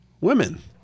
women